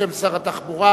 בשם שר התחבורה.